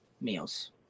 meals